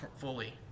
fully